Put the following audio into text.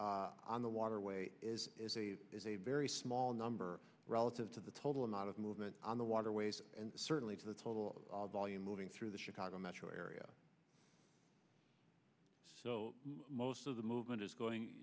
on the waterway is is a is a very small number relative to the total amount of movement on the waterways and certainly to the total volume moving through the chicago metro area so most of the movement is going